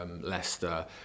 Leicester